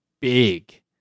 big